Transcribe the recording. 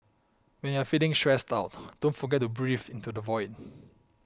when you are feeling stressed out don't forget to breathe into the void